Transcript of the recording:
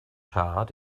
tart